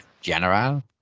General